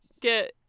get